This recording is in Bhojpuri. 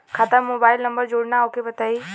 खाता में मोबाइल नंबर जोड़ना ओके बताई?